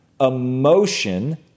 emotion